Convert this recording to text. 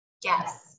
Yes